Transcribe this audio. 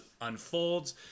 unfolds